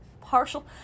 partial